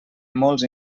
molts